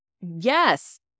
Yes